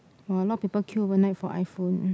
!wah! a lot of people queue overnight for iPhone